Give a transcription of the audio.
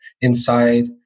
inside